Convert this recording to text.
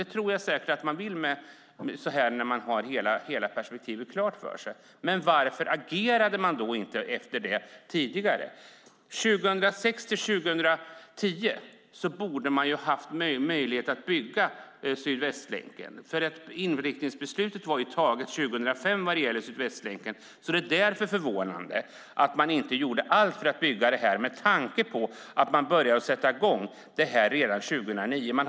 Det tror jag säkert att man vill när man har hela perspektivet klart för sig. Varför agerade man då inte utifrån det tidigare? Under 2006-2010 borde man ha haft möjlighet att bygga Sydvästlänken, för inriktningsbeslutet togs 2005. Det är förvånande att man inte gjorde allt för att bygga det, med tanke på att man satte i gång detta redan 2009.